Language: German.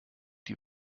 die